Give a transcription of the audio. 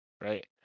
right